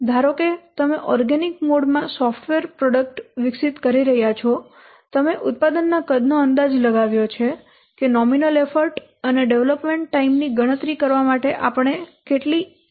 ધારો કે તમે ઓર્ગેનિક મોડ માં સોફ્ટવેર પ્રોડક્ટ વિકસિત કરી રહ્યાં છો તમે ઉત્પાદનના કદનો અંદાજ લગાવ્યો છે કે નોમિનલ એફર્ટ અને ડેવલપમેન્ટ ટાઈમ ની ગણતરી કરવા માટે આપણે કેટલી 1 લાખ લાઇન કોડની સંખ્યા કરી છે